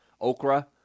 Okra